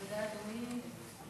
תודה, אדוני.